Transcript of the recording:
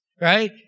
right